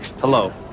Hello